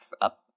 up